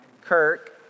Kirk